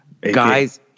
guys